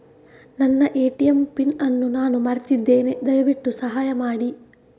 ನನ್ನ ATM PIN ಅನ್ನು ನಾನು ಮರ್ತಿದ್ಧೇನೆ, ದಯವಿಟ್ಟು ಸಹಾಯ ಮಾಡಿ